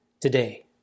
Today